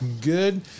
good